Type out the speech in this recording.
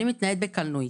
אני מתנייד בקלנועית.